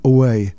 Away